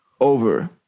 over